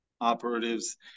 operatives